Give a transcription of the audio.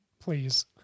please